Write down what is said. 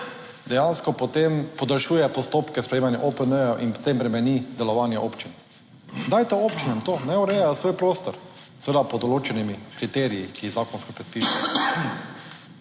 dejansko potem podaljšuje postopke sprejemanja OPN in potem bremeni delovanje občin. Dajte občinam to, naj urejajo svoj prostor, seveda pod določenimi kriteriji, ki zakonsko predpisani.